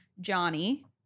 Johnny